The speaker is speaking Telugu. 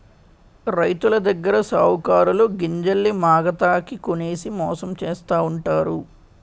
రైతులదగ్గర సావుకారులు గింజల్ని మాగతాకి కొనేసి మోసం చేస్తావుంటారు